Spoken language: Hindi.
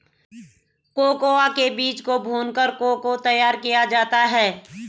कोकोआ के बीज को भूनकर को को तैयार किया जाता है